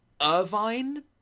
Irvine